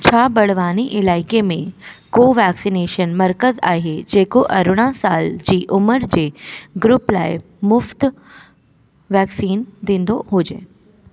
छा बड़वानी इलाइक़े में को वैक्सनेशन मर्कज़ आहे जेको अरिड़हं साल जी उमिरि जे ग्रूप लाइ मुफ़्ति वैक्सीन ॾींदो हुजे